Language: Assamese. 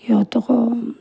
সিহঁতকো